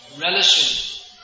relishing